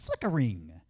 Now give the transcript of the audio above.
flickering